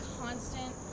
constant